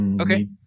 Okay